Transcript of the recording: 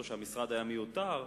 או שהמשרד היה מיותר.